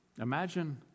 imagine